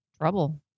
trouble